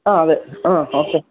ആ അതെ ആ ആ